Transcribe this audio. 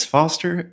Foster